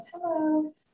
hello